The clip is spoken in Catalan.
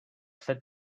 set